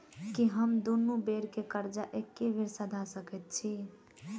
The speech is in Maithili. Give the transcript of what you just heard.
की हम दुनू बेर केँ कर्जा एके बेर सधा सकैत छी?